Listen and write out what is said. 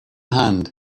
hand